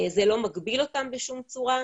זה לא מגביל אותם בשום צורה.